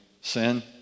sin